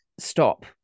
Stop